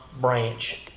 branch